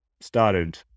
started